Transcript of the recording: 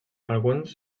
alguns